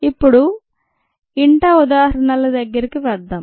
ఇప్పుడు ఇంట ఉదాహరణలకి దగ్గరగా వద్దాం